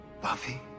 Buffy